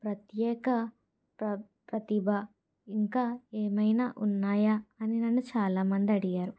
ప్రత్యేక ప్ర ప్రతిభ ఇంకా ఏమైనా ఉన్నాయా అని నన్ను చాలామంది అడిగారు